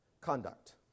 conduct